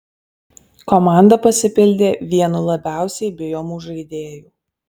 komanda pasipildė vienu labiausiai bijomų žaidėjų